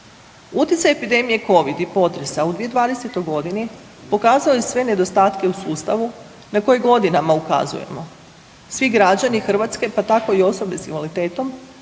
Utjecaj epidemije Covid i potresa u 2020. g. pokazao je sve nedostatke u sustavu na koji godinama ukazujemo. Svi građani Hrvatske, pa tako i osobe s invaliditetom